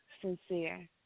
sincere